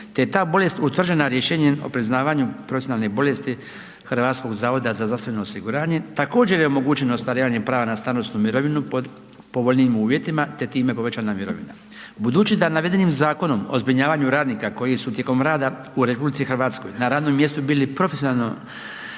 te je ta bolest utvrđena rješenjem o priznavanju profesionalne bolesti HZZO, također je omogućeno ostvarivanje prava na starosnu mirovinu pod povoljnijim uvjetima, te time povećana mirovina. Budući da navedenim Zakonom o zbrinjavanju radnika koji su tijekom rada u RH na radnom mjestu bili profesionalno,